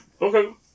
okay